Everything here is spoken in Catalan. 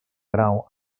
grau